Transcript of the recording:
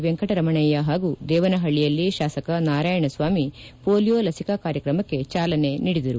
ವೆಂಕಟರಮಣಯ್ಯ ಹಾಗೂ ದೇವನಹಳ್ಳಿಯಲ್ಲಿ ಶಾಸಕ ನಾರಾಯಣಸ್ವಾಮಿ ಪೊಲಿಯೋ ಲಸಿಕಾ ಕಾರ್ಯಕ್ರಮಕ್ಕೆ ಚಾಲನೆ ನೀಡಿದರು